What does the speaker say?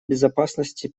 безопасности